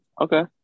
Okay